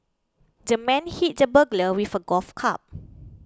the man hit the burglar with a golf club